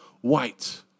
white